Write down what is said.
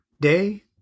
Day